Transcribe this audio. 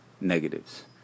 negatives